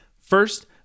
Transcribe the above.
First